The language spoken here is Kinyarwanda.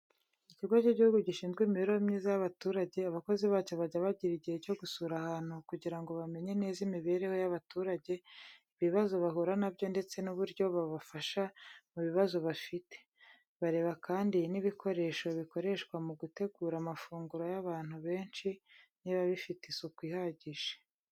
Ikigo cy’igihugu gishinzwe imibereho myiza yabaturage, abakozi bacyo bajya bagira igihe cyo gusura ahantu kugira ngo bamenye neza imibereho y'abaturage, ibibazo bahura na byo, ndetse n'uburyo babafasha mu bibazo bafite. Bareba kandi n'ibikoresho bikoreshwa mu gutegura amafunguro y'abantu benshi niba bifite isuku ihagije.